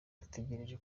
dutegereje